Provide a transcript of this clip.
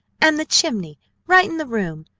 and the chimney right in the room!